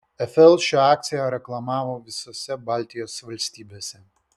fl šią akciją reklamavo visose baltijos valstybėse